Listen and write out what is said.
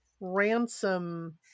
Ransom